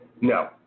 No